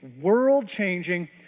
world-changing